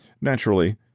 Naturally